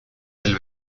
del